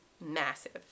massive